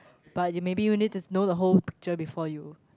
but you maybe you need to know the whole picture before you